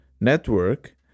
network